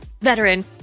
veteran